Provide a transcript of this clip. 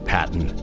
Patton